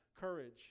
courage